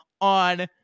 on